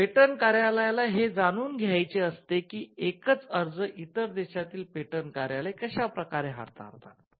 patent कार्यालयाला हे जाणून घ्यायचे असते कि एकच अर्ज इतर देशातील पेटंट कार्यालय कश्या प्रकारे हाताळतात